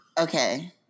Okay